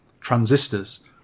transistors